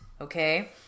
Okay